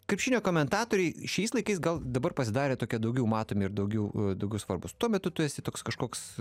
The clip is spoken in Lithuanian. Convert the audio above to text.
krepšinio komentatoriai šiais laikais gal dabar pasidarė tokie daugiau matomi ir daugiau daugiau svarbūs tuo metu tu esi toks kažkoks